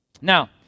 Now